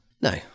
No